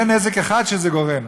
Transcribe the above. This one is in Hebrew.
זה נזק אחד שזה גורם.